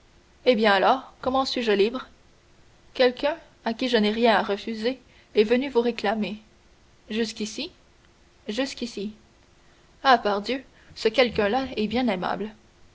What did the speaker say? eh bien alors comment suis-je libre quelqu'un à qui je n'ai rien à refuser est venu vous réclamer jusqu'ici jusqu'ici ah pardieu ce quelquun là est bien aimable